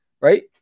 right